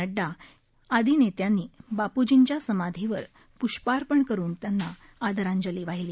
नड्डा ित्यादी नेत्यांनी बापूजींच्या समाधीवर पुष्पार्पण करुन त्यांना आदरांजली वाहिली